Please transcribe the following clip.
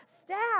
staff